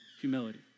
humility